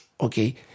okay